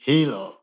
Hilo